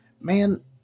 Man